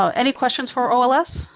so any questions for ols?